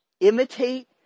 imitate